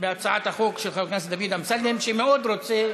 בהצעת החוק של חבר הכנסת דוד אמסלם, שמאוד רוצה